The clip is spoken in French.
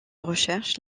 recherches